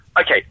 Okay